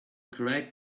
correct